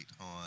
on